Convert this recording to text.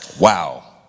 Wow